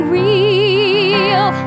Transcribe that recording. real